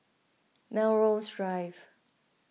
Melrose Drive